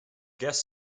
guest